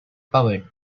powered